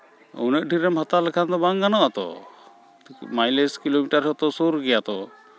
ᱩᱱᱟᱹᱜ ᱰᱷᱮᱨᱮᱢ ᱦᱟᱛᱟᱣ ᱞᱮᱠᱷᱟᱱ ᱫᱚ ᱵᱟᱝ ᱜᱟᱱᱚᱜᱼᱟ ᱛᱚ ᱢᱟᱭᱞᱮᱡ ᱠᱤᱞᱳᱢᱤᱴᱟᱨ ᱦᱚᱸᱛᱚ ᱥᱩᱨ ᱜᱮᱭᱟ ᱛᱚ